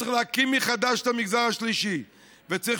צריך להקים מחדש את המגזר השלישי וצריך